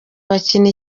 bakina